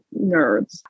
nerds